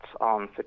on